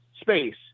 space